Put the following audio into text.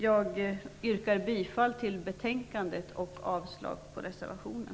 Jag yrkar bifall till utskottets hemställan och avslag på reservationen.